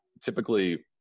typically